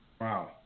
Wow